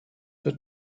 wird